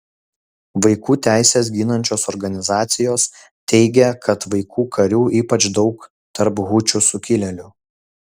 vaikų teises ginančios organizacijos teigia kad vaikų karių ypač daug tarp hučių sukilėlių